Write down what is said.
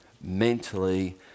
mentally